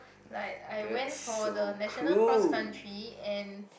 like I went for the national cross country and